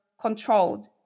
controlled